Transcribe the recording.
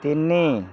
ତିନି